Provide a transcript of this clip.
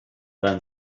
then